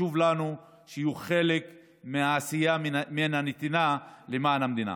חשוב לנו שהם יהיו חלק מהעשייה ומהנתינה למען המדינה.